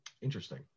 Interesting